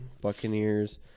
Buccaneers